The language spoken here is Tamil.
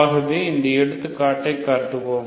ஆகவே இந்த எடுத்துக்காட்டை கருதுவோம்